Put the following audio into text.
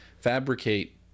fabricate